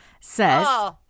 says